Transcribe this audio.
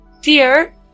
Dear